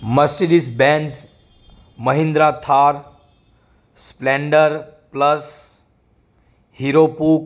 Mercedes Benz Mahindra Thar Splendor plus Hero પોક